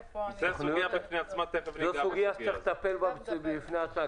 זאת סוגיה שצריך לטפל בה,